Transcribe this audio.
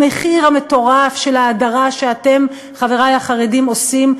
המחיר המטורף של ההדרה שאתם, חברי החרדים, עושים.